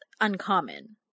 uncommon